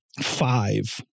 five